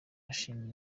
bishimira